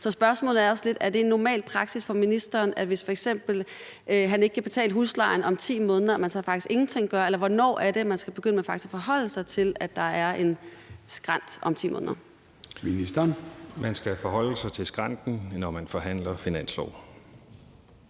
Så spørgsmålet er også lidt, om det er normal praksis for ministeren, at han, hvis han f.eks. ikke kan betale huslejen om 10 måneder, så faktisk ingenting gør. Eller hvornår er det, man faktisk skal begynde at forholde sig til, at der er en skrænt om 10 måneder? Kl. 11:09 Formanden (Søren Gade): Ministeren. Kl.